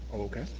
okay,